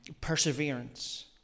perseverance